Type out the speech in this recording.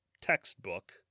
textbook